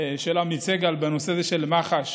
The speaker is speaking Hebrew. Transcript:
של עמית סגל בנושא של מח"ש,